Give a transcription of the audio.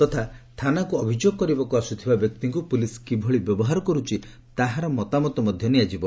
ତଥା ଥାନାକୁ ଅଭିଯୋଗ କରିବାକୁ ଆସୁଥିବା ବ୍ୟକ୍ତିଙ୍କୁ ପୁଲିସ କିଭଳି ବ୍ୟବହାର କରୁଛି ତାହାର ମତାମତ ମଧ ନିଆଯିବ